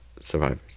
survivors